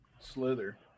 Slither